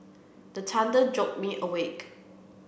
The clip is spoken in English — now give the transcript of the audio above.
the thunder jolt me awake